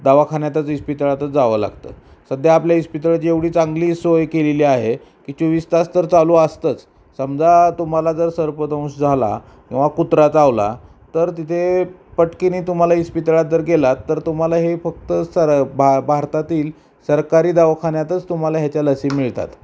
दवाखान्यातच इस्पितळातच जावं लागतं सध्या आपल्या इस्पितळाची एवढी चांगली सोय केलेली आहे की चोवीस तास तर चालू असतंच समजा तुम्हाला जर सर्पदंश झाला किंवा कुत्रा चावला तर तिथे पटकन तुम्हाला इस्पितळत जर गेलात तर तुम्हाला हे फक्त सर भा भारतातील सरकारी दवाखान्यातच तुम्हाला ह्याच्या लसी मिळतात